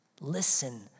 Listen